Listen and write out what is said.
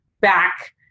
back